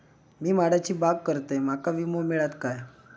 मी माडाची बाग करतंय माका विमो मिळात काय?